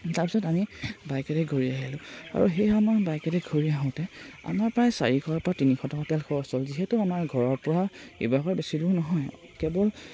তাৰপিছত আমি বাইকেৰে ঘূৰি আহিলোঁ আৰু সেই সময়ত বাইকেদি ঘূৰি আহোঁতে আমাৰ প্ৰায় চাৰিশ বা তিনিশ টকা তেল খৰচ যিহেতু আমাৰ ঘৰৰ পৰা শিৱসাগৰ বেছি দূৰ নহয় কেৱল